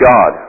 God